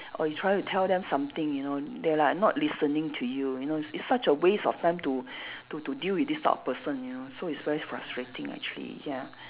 or you trying to tell them something you know they like not listening to you you know it it's such a waste of time to to to deal with this type of person you know so it's very frustrating actually ya